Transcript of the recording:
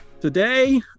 Today